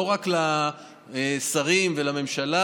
לא רק לשרים ולממשלה